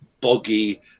boggy